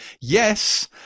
yes